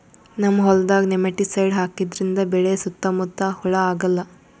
ನಮ್ಮ್ ಹೊಲ್ದಾಗ್ ನೆಮಟಿಸೈಡ್ ಹಾಕದ್ರಿಂದ್ ಬೆಳಿ ಸುತ್ತಾ ಮುತ್ತಾ ಹುಳಾ ಆಗಲ್ಲ